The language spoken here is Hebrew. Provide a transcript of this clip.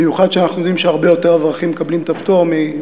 במיוחד שאנחנו יודעים שהרבה יותר אברכים מסטודנטים מקבלים את הפטור.